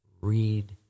Read